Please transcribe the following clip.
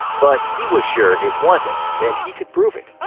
but he was sure it wasn't, and he could prove it.